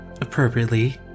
appropriately